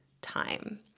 time